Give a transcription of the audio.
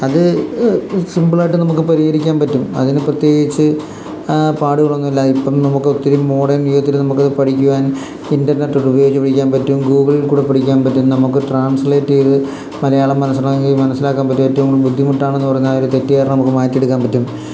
അത് സിമ്പിളായിട്ട് നമുക്ക് പരിഹരിക്കാൻ പറ്റും അതിന് പ്രത്യേകിച്ച് പാടുകളൊന്നുമില്ല ഇപ്പം നമുക്ക് ഒത്തിരി മോഡേൺ യുഗത്തിൽ നമുക്ക് അത് പഠിക്കുവാൻ ഇൻറർനെറ്റ ഉപയോഗിക്കാൻ പറ്റും ഗൂഗിളിൽ കൂടെ പഠിക്കാൻ പറ്റും നമുക്ക് ട്രാസ്ലേറ്റ് ചെയ്ത് മലയാള മനസ്സിലാക്കണമെങ്കിൽ മനസ്സിലാക്കാൻ പറ്റും ഏറ്റവും കൂടുതൽ ബുദ്ധിമുട്ടാണെന്ന് പറഞ്ഞാൽ ആ ഒരു തെറ്റ് കാരണം നമുക്ക് മാറ്റിയെടുക്കാൻ പറ്റും